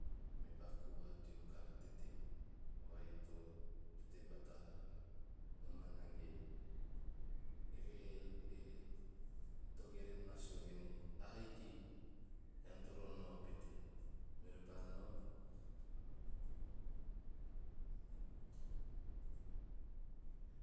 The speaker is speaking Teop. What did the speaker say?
Me paku vaha teo kara tete vai to tete bata raara nomana iei evehe e togeren na sue venei ahaiki eam toro nao pete. Meori pa nao.